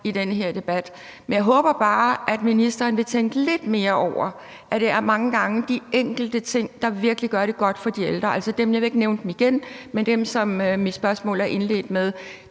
i den her debat. Men jeg håber bare, at ministeren vil tænke lidt mere over, at det mange gange er de enkelte ting, der virkelig gør det godt for de ældre, og jeg vil ikke nævne dem igen, men det er dem, som mit spørgsmål er indledt med.